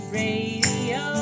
radio